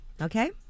Okay